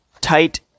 tight